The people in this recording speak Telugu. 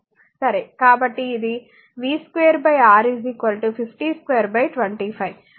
కాబట్టి ఇది v2 R 502 25 మరియు కూడా R i 2 2 25